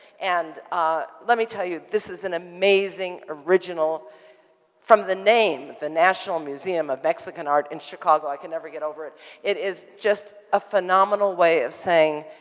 and let me tell you, this is an amazing original from the name, the national museum of mexican art in chicago, i can never get over it it is just a phenomenal way of saying,